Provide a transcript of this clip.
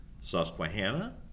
Susquehanna